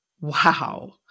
wow